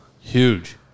Huge